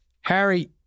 Harry